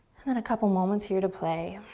and then a couple moments here to play.